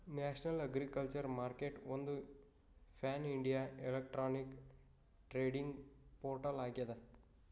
national agriculture ಮಾರ್ಕೆಟ್ಒಂದು pan India electronic trading portal ಆಗ್ಯದ